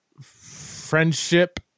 friendship